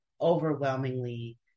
overwhelmingly